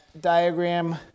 diagram